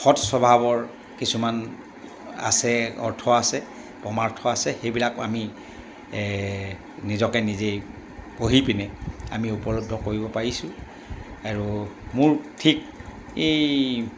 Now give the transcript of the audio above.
সৎ স্বভাৱৰ কিছুমান আছে অৰ্থ আছে প্ৰমাৰ্থ আছে সেইবিলাক আমি নিজকে নিজেই পঢ়ি পিনে আমি উপলব্ধি কৰিব পাৰিছোঁ আৰু মোৰ ঠিক এই